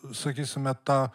sakysime tą